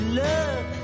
love